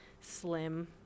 slim